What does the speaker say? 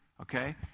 okay